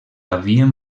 havien